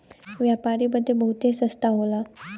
व्यापारी बदे बहुते रस्ता होला